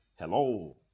Hello